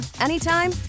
anytime